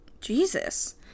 Jesus